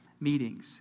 meetings